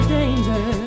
danger